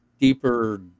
deeper